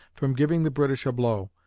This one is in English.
from giving the british a blow.